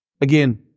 again